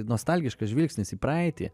nostalgiškas žvilgsnis į praeitį